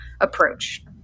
approach